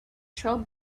throw